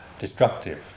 Destructive